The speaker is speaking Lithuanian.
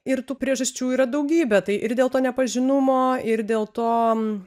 ir tų priežasčių yra daugybė tai ir dėl to nepažinumo ir dėl to man